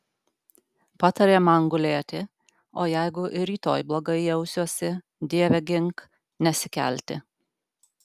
patarė man gulėti o jeigu ir rytoj blogai jausiuosi dieve gink nesikelti